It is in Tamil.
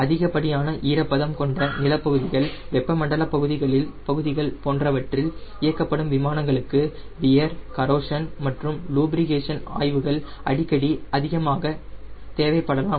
அதிகப்படியான ஈரப்பதம் கொண்ட நிலப்பகுதிகள் வெப்பமண்டலப் பகுதிகளில் அல்லது மிக அதிகமான குளிர் காலநிலை கொண்ட பகுதிகள் போன்றவற்றில் இயக்கப்படும் விமானங்களுக்கு வியர் கரோஷன் மற்றும் லூப்ரிகேஷன் ஆய்வுகள் அடிக்கடி அதிகமாக தேவைப்படலாம்